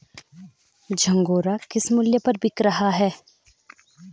झंगोरा किस मूल्य पर बिक रहा है?